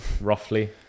roughly